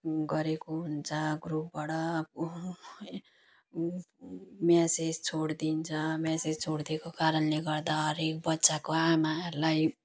गरेको हुन्छ ग्रुपबाट म्यासेज छोडिदिन्छ म्यासेज छोडिदिएको कारणले गर्दा हरेक बच्चाको आमाहरूलाई